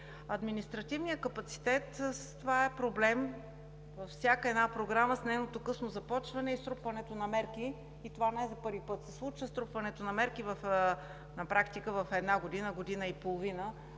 Административният капацитет с това е проблем във всяка една програма – с нейното късно започване и струпването на мерки. Не за първи път се случва струпването на мерки на практика в една година, година и половина,